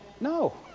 no